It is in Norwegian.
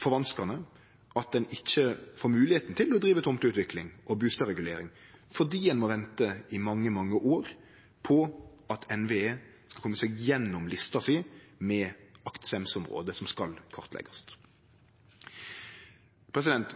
forvanskande at ein ikkje får moglegheita til å drive tomteutvikling og bustadregulering fordi ein må vente i mange, mange år på at NVE kjem seg gjennom lista si med aktsemdsområde som skal kartleggjast.